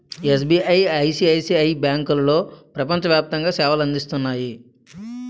SBI, ICICI బ్యాంకులో ప్రపంచ వ్యాప్తంగా సేవలు అందిస్తున్నాయి